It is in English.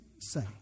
say